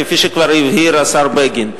כפי שכבר הבהיר השר בגין.